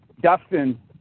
Dustin